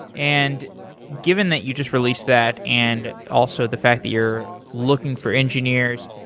and given that you just released that and also the fact that you're looking for engineers,